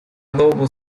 новому